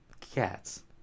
cats